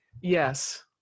Yes